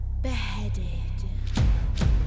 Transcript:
beheaded